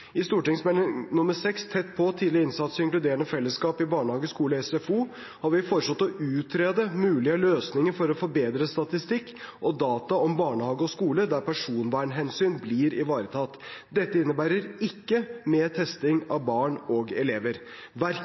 I Meld. St. 6 for 2019–2020, Tett på – tidlig innsats og inkluderende fellesskap i barnehage, skole og SFO, har vi foreslått å utrede mulige løsninger for å forbedre statistikk og data om barnehage og skole, der personvernhensyn blir ivaretatt. Dette innebærer ikke mer testing av barn og elever. Verken